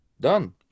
Done